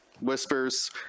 whispers